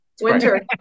Winter